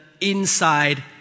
inside